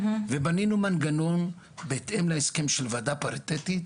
בנינו מנגנון בהתאם להסכם של הוועדה הפריטטית,